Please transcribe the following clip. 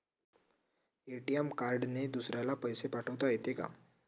ATM कार्डने दुसऱ्याले पैसे पाठोता येते का?